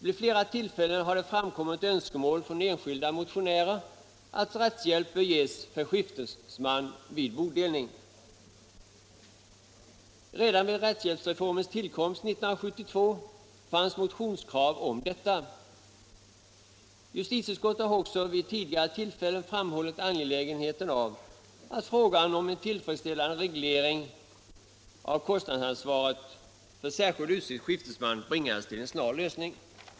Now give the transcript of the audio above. Vid flera tillfällen har det framkommit önskemål från enskilda motionärer att rättshjälp bör ges för skiftesman vid bodelning. Redan vid rättshjälpsreformens tillkomst 1972 fanns motionskrav på detta. Justitieutskottet har också vid tidigare tillfällen framhållit angelägenheten av att frågan om en tillfredsställande reglering av kostnadsansvaret för särskilt utsedd skiftesman bringas till en snar lösning.